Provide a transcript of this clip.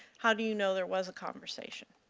how do you know there was a conversation?